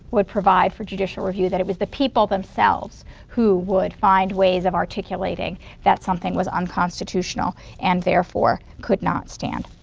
would provide for judicial review. that it was the people themselves who would find ways of articulating that something was unconstitutional and therefore could not stand.